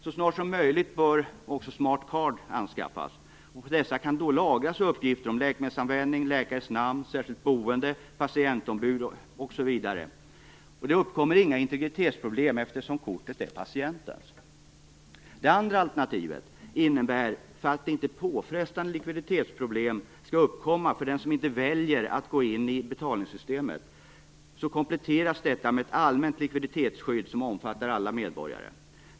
Så snart som möjligt bör s.k. smart card anskaffas. På dessa kan lagras uppgifter om läkemedelsanvändning, läkares namn, särskilt boende, patientombud etc. Inga integritetsproblem uppkommer, eftersom kortet är patientens. Det andra alternativet innebär att för att inte påfrestande likviditetsproblem skall uppkomma för den om inte väljer att gå in i betalningssystemet kompletteras detta med ett allmänt likviditetsskydd som omfattar alla medborgare.